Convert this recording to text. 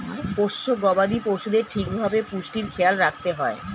পোষ্য গবাদি পশুদের ঠিক ভাবে পুষ্টির খেয়াল রাখতে হয়